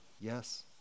Yes